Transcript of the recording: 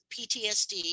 PTSD